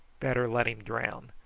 better let him drown.